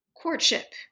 courtship